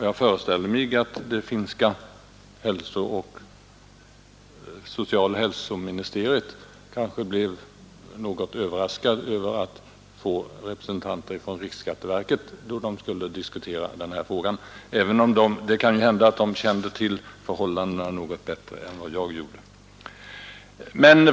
Jag föreställer mig att representanterna för det finska socialoch hälsoministeriet kanske blev något överraskade över att få diskutera denna fråga med representanter för riksskatteverket i Sverige, även om det kan hända att de kände till förhållandena här något bättre än vad jag gjorde.